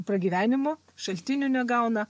pragyvenimo šaltinių negauna